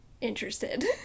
interested